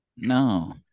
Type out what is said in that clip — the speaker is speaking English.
no